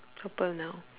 purple now